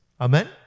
Amen